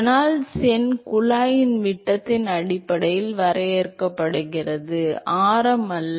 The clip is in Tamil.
ரெனால்ட்ஸ் எண் குழாயின் விட்டத்தின் அடிப்படையில் வரையறுக்கப்படுகிறது ஆரம் அல்ல